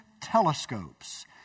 telescopes